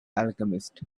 alchemists